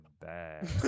bad